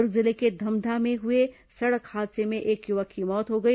दुर्ग जिले के धमधा में हुए सड़क हादसे में एक युवक की मौत हो गई